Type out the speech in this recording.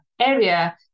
area